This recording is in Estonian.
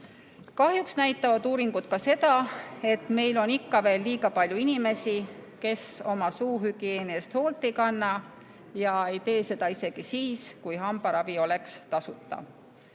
Kahjuks näitavad uuringud ka seda, et meil on ikka veel liiga palju inimesi, kes oma suuhügieeni eest hoolt ei kanna ega teeks seda isegi siis, kui hambaravi oleks tasuta.